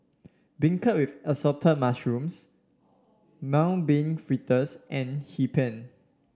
beancurd with Assorted Mushrooms Mung Bean Fritters and Hee Pan